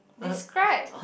describe